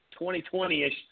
2020-ish